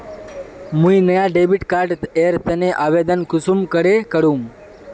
मुई नया debit card एर तने आवेदन कुंसम करे करूम?